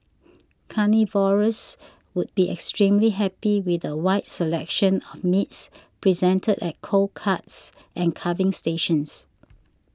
carnivores would be extremely happy with a wide selection of meats presented at cold cuts and carving station